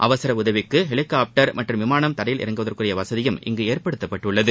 அவசர உதவிக்கு ஹெலிகாப்டர் மற்றும் விமானம் தரையில் இறங்குவதற்குரிய வசதியும் இங்கு ஏற்படுத்தப்பட்டுள்ளது